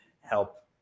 help